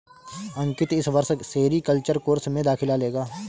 अंकित इस वर्ष sericulture course में दाखिला लेगा